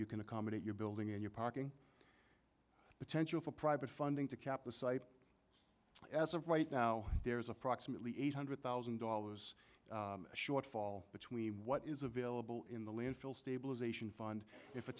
you can accommodate your building and your parking potential for private funding to cap the site as of right now there's approximately eight hundred thousand dollars shortfall between what is available in the landfill stabilization fund if a